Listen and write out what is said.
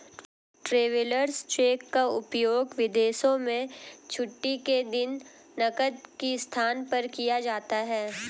travellers cheque का उपयोग विदेशों में छुट्टी के दिन नकद के स्थान पर किया जाता है